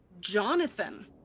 jonathan